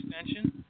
extension